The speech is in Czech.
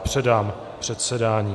Předám předsedání.